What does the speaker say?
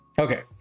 okay